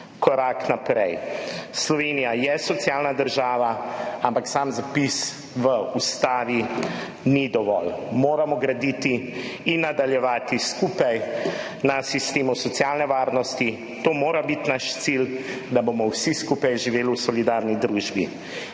korak naprej. Slovenija je socialna država, ampak sam zapis v ustavi ni dovolj. Skupaj moramo graditi in nadaljevati na sistemu socialne varnosti. To mora biti naš cilj, da bomo vsi skupaj živeli v solidarni družbi.